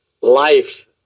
life